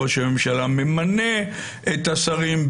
ראש הממשלה ממנה את השרים,